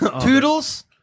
Toodles